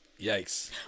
yikes